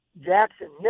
Jackson